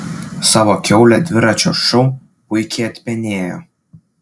savo kiaulę dviračio šou puikiai atpenėjo